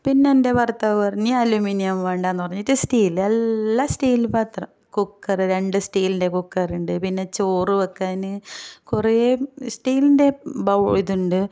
പിന്നെ എൻ്റെ ഭർത്താവ് പറഞ്ഞ് അലുമിനിയം വേണ്ടായെന്ന് പറഞ്ഞിട്ട് സ്റ്റീൽ എല്ലാം സ്റ്റീൽ പാത്രം കുക്കർ രണ്ട് സ്റ്റീലിൻ്റെ കുക്കറുണ്ട് പിന്നെ ചോറുവെക്കാൻ കുറെ സ്റ്റീലിൻ്റെ ഇതുണ്ട്